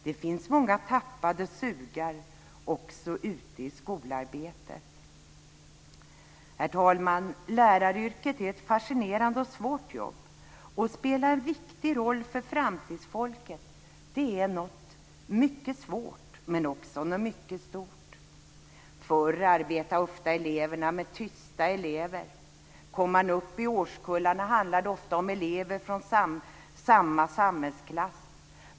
Det finns många tappade sugar också ute i skolarbetet. Herr talman! Läraryrket är ett fascinerande och svårt jobb. Att spela en viktig roll för framtidsfolket är något mycket svårt, men också något mycket stort. Förr arbetade ofta lärarna med tysta elever. När man kom upp i årskullarna handlade det ofta om elever från samma samhällsklass.